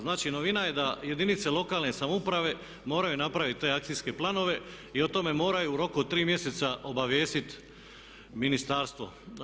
Znači, novina je da jedinice lokalne samouprave moraju napraviti te akcijske planove i o tome moraju u roku od tri mjeseca obavijestiti ministarstvo.